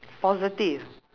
positive